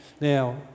Now